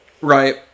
Right